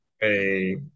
Hey